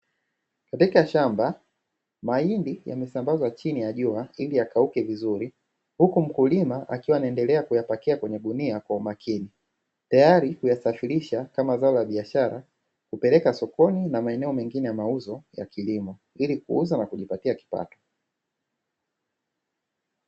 Katika shamba, mahindi yamesambazwa chini ya jua ili yakauke vizuri, huku mkulima akiwa anaendelea kuyapakia kwenye gunia kwa umakini. Tayari kuyasafirisha kama zao la biashara, kupeleka sokoni na maeneo mengine ya mauzo ya kilimo ili kuuza na kujipatia kipato.